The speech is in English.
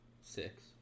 Six